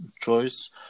choice